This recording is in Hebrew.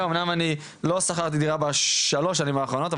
אמנם אני לא שכרתי דירה בשלוש השנים האחרונות,